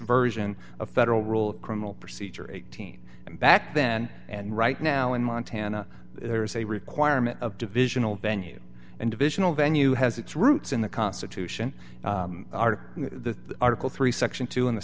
version of federal rule of criminal procedure eighteen back then and right now in montana there is a requirement of divisional venue and divisional venue has its roots in the constitution article in the article three section two in the